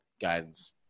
guidance